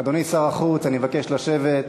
אדוני שר החוץ, אני מבקש לשבת.